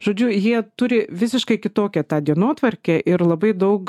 žodžiu jie turi visiškai kitokią tą dienotvarkę ir labai daug